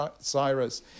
Cyrus